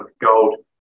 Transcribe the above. gold